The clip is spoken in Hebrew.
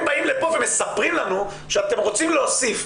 באים לפה ומספרים לנו שאתם רוצים להוסיף,